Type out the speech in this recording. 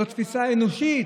זאת תפיסה אנושית?